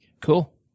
Cool